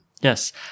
Yes